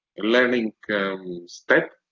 learning step.